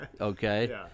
okay